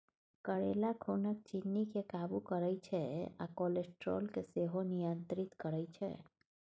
करेला खुनक चिन्नी केँ काबु करय छै आ कोलेस्ट्रोल केँ सेहो नियंत्रित करय छै